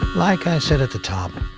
like i said at the top,